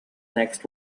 next